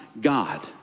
God